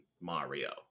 Mario